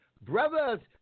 Brothers